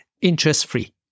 interest-free